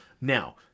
Now